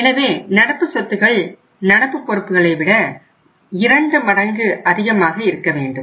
எனவே நடப்பு சொத்துக்கள் நடப்பு பொறுப்புகளை விட இரண்டு மடங்கு அதிகமாக இருக்க வேண்டும்